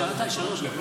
השארת לי שלוש דקות,